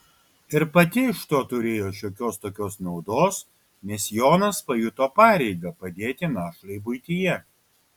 ir pati iš to turėjo šiokios tokios naudos nes jonas pajuto pareigą padėti našlei buityje